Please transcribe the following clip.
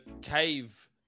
cave